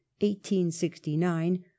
1869